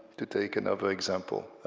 to take another example,